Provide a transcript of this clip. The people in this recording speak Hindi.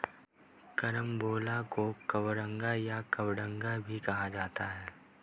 करम्बोला को कबरंगा या कबडंगा भी कहा जाता है